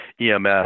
EMS